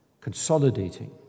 Consolidating